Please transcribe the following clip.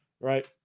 right